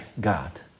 God